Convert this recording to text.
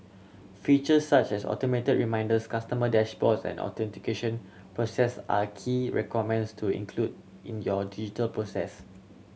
feature such as automated reminders customer dashboards and authentication process are key requirements to include in your digital process